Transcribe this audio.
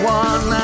one